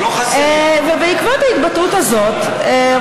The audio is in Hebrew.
בעקבות ההתבטאות הזאת,